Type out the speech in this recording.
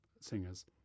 singers